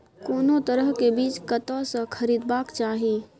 कोनो तरह के बीज कतय स खरीदबाक चाही?